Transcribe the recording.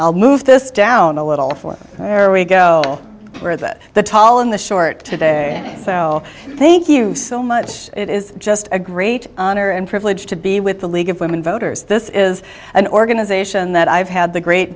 i'll move this down a little for there we go for that the tall in the short today thank you so much it is just a great honor and privilege to be with the league of women voters this is an organization that i've had the great